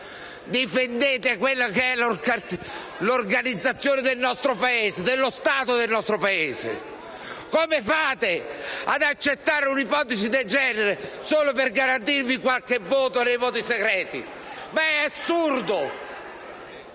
difendete quella che è l'organizzazione del nostro Paese, dello Stato del nostro Paese! Come fate ad accettare un'ipotesi del genere, solo per garantirvi qualche voto nei voti segreti? Ma è assurdo!